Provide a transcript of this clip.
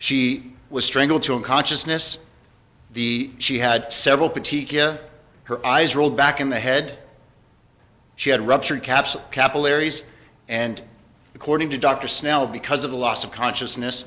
she was strangled to a consciousness the she had several her eyes rolled back in the head she had ruptured caps capillaries and according to dr snell because of the loss of consciousness